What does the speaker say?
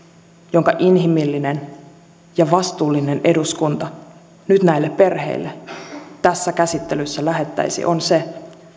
jonka inhimillinen ja vastuullinen eduskunta nyt näille perheille tässä käsittelyssä lähettäisi on se